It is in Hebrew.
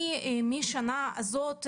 מן השנה הזאת,